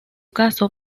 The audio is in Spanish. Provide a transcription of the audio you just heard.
caso